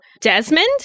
Desmond